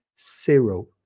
zero